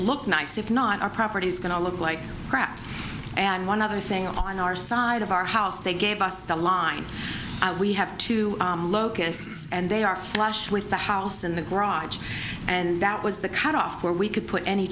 look nice if not our property is going to look like crap and one other thing on our side of our house they gave us the line we have to look at this and they are flush with the house in the garage and that was the cut off where we could put any